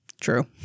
True